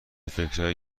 فکرایی